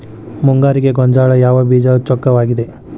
ಮುಂಗಾರಿಗೆ ಗೋಂಜಾಳ ಯಾವ ಬೇಜ ಚೊಕ್ಕವಾಗಿವೆ?